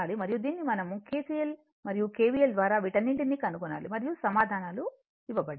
మరియు దీనిని మనం kcl మరియు kvl ద్వారా వీటన్నింటినీ కనుగొనాలి మరియు సమాధానాలు ఇవ్వబడ్డాయి